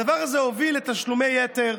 הדבר הזה הוביל לתשלומי יתר,